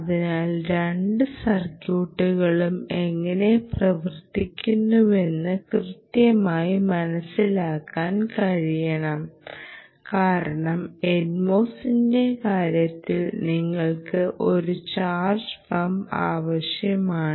അതിനാൽ രണ്ട് സർക്യൂട്ടുകളും എങ്ങനെ പ്രവർത്തിക്കുന്നുവെന്ന് കൃത്യമായി മനസിലാക്കാൻ കഴിയും കാരണം NMOSസിന്റെ കാര്യത്തിൽ നിങ്ങൾക്ക് ഒരു ചാർജ് പമ്പ് ആവശ്യമാണ്